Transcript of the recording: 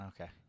Okay